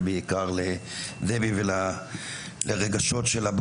בעיקר לדבריה של דבי ולרגשות שלה.